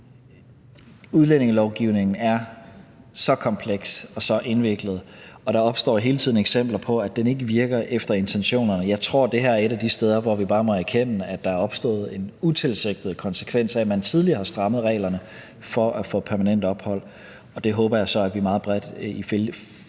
Udlændingelovgivningen er så kompleks og så indviklet, og der opstår hele tiden eksempler på, at den ikke virker efter intentionerne. Jeg tror, at det her er et af de steder, hvor vi bare må erkende, at der er opstået en utilsigtet konsekvens af, at man tidligere har strammet reglerne for at få permanent ophold, og det håber jeg så at vi meget bredt i